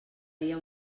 dia